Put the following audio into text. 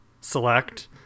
select